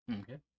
Okay